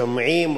שומעים,